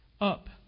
Up